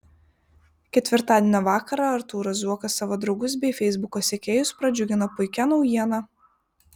ketvirtadienio vakarą artūras zuokas savo draugus bei feisbuko sekėjus pradžiugino puikia naujiena